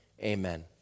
amen